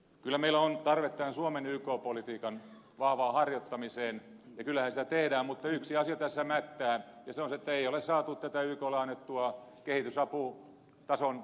kyllä meillä on tarvetta suomen yk politiikan vahvaan harjoittamiseen ja kyllähän sitä tehdään mutta yksi asia tässä mättää ja se on se että ei ole saatu tätä yklle annettua kehitysaputason nostoa aikaiseksi